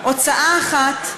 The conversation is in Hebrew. הוצאה אחת,